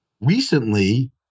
Recently